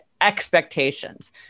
expectations